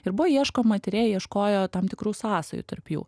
ir buvo ieškoma tyrėjai ieškojo tam tikrų sąsajų tarp jų